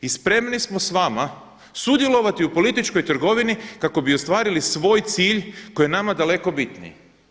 I spremni smo s vama sudjelovati u političkoj trgovini kako bi ostvarili svoj cilj koji je nama daleko bitniji.